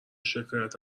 شکایت